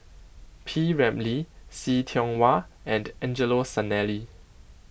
P Ramlee See Tiong Wah and Angelo Sanelli